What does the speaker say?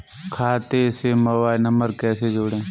खाते से mobile number कैसे जोड़ें?